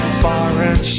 foreign